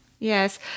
Yes